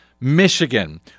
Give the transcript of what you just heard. Michigan